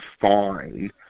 fine